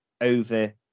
over